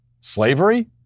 Slavery